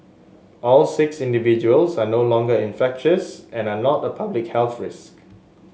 all six individuals are no longer infectious and are not a public health risk